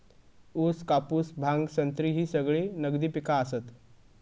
ऊस, कापूस, भांग, संत्री ही सगळी नगदी पिका आसत